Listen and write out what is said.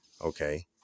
okay